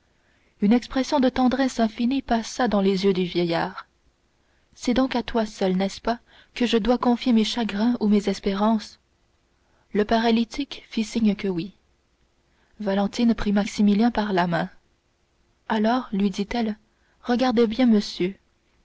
une expression de tendresse infinie passa dans les yeux du vieillard c'est donc à toi seul n'est-ce pas que je dois confier mes chagrins ou mes espérances le paralytique fit signe que oui valentine prit maximilien par la main alors lui dit-elle regarde bien monsieur